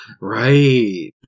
Right